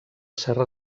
serra